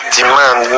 demand